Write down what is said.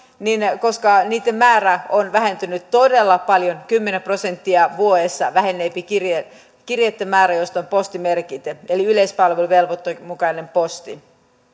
koska sen määrä on vähentynyt todella paljon kymmenen prosenttia vuodessa vähenee sellaisten kirjeitten määrä joissa on postimerkit eli yleispalveluvelvoitteen mukaisen postin